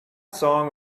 song